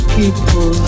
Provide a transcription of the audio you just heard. people